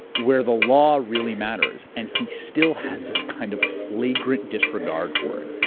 where the law really matters and he still has this kind of flagrant disregard for it.